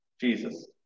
Jesus